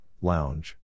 lounge